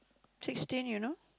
sixteen you know